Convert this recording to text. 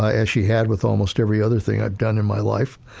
ah as she had with almost every other thing i've done in my life,